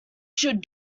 should